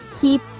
keep